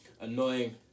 annoying